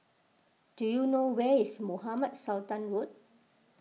do you know where is Mohamed Sultan Road